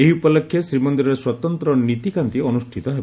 ଏହି ଉପଲକ୍ଷେ ଶ୍ରୀମନ୍ଦିରରେ ସ୍ୱତନ୍ତ ନୀତିକାନ୍ତି ଅନୁଷ୍ତିତ ହେବ